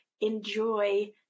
enjoy